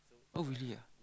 oh really ah